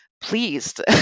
pleased